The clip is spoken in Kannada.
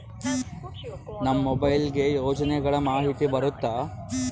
ನಮ್ ಮೊಬೈಲ್ ಗೆ ಯೋಜನೆ ಗಳಮಾಹಿತಿ ಬರುತ್ತ?